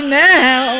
now